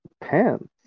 pants